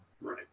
Right